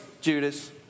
Judas